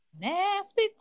Nasty